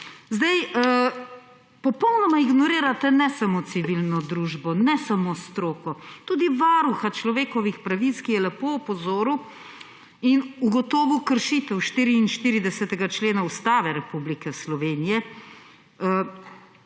Popolnoma ignorirate ne samo civilne družbe, ne samo stroke, tudi Varuha človekovih pravic, ki je lepo opozoril in ugotovil kršitev 44. člena Ustave Republike Slovenije,